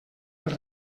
els